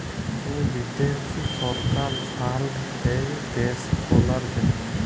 যে বিদ্যাশি সরকার ফাল্ড দেয় দ্যাশ গুলার জ্যনহে